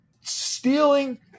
stealing